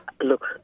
look